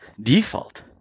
default